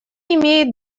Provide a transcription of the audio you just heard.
имеет